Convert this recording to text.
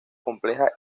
compleja